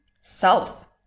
self